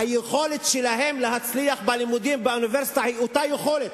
היכולת שלהם להצליח בלימודים באוניברסיטה היא אותה יכולת.